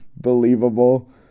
believable